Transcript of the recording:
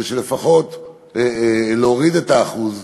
לפחות להוריד את האחוז,